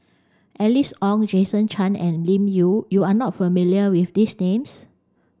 Alice Ong Jason Chan and Lim Yau you are not familiar with these names